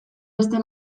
beste